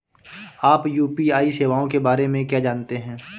आप यू.पी.आई सेवाओं के बारे में क्या जानते हैं?